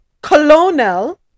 colonel